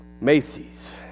Macy's